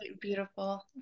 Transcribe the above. beautiful